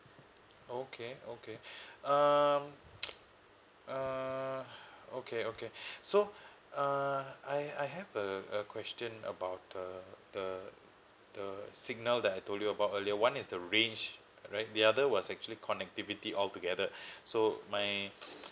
okay okay um uh okay okay so uh I I have a a question about uh the the signal that I told you about earlier one is the range right the other was actually connectivity altogether so my